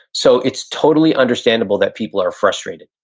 so it's totally understandable that people are frustrated.